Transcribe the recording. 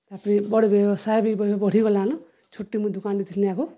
ତାପରେ ବଡ଼୍ ବ୍ୟବସାୟ ବି ବଢ଼ିଗଲାନ ଛୁଟ୍ଟେ ମୁଇଁ ଦୋକାନ୍ ଦେଇଥିଲି ଆଘ